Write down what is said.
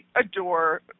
adore